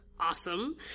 Awesome